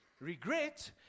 Regret